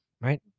right